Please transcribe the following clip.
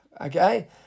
Okay